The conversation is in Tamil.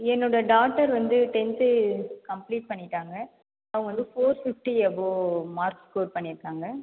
என்னோடய டாட்டர் வந்து டென்த்து கம்ப்ளீட் பண்ணிவிட்டாங்க அவங்க வந்து four fifty above mark score பண்ணியிருக்காங்க